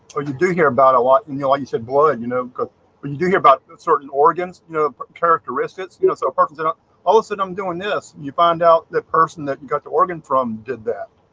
or you do hear about a lot and you like you said blood? you know good when you do hear about certain organs, you know characteristics, you know so perfect and all of a sudden i'm doing this you find out the person that you got to organ from did that.